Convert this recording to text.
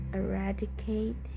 eradicate